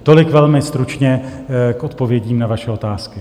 Tolik velmi stručně k odpovědím na vaše otázky.